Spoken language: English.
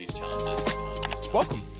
welcome